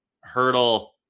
Hurdle